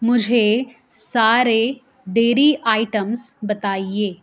مجھے سارے dairy items بتائیے